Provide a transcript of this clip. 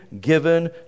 given